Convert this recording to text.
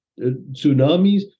tsunamis